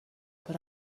but